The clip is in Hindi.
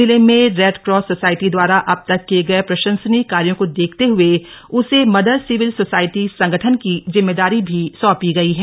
जिले में रेड क्रॉस सोसायटी द्वारा अब तक किये गये प्र ान्सनीय कार्यो को देखते हुए उसे मदर सिविल सोसाइटी संगठन की जिम्मेदारी भी सौंपी गई है